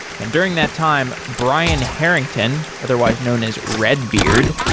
and during that time, brian harrington, otherwise known as red beard,